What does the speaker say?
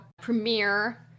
premiere